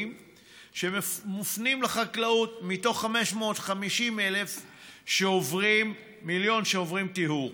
ומופנים לחקלאות מתוך 550 מיליון שעוברים טיהור.